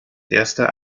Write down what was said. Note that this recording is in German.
erster